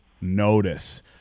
notice